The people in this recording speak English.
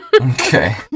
Okay